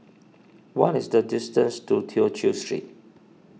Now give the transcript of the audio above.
what is the distance to Tew Chew Street